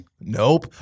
Nope